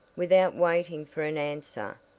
without waiting for an answer,